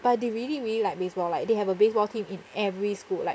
but they really really like baseball like they have a baseball team in every school like